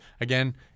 again